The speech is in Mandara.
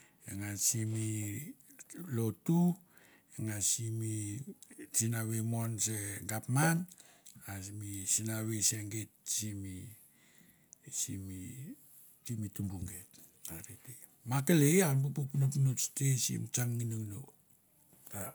E nga simi lotu, e nga simi sinavei mon se gapman mi sinavei se geit simi simi simi tumbu geit. Are te akelei are bu puk pinopinots te sim tsang nginonginou.